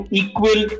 equal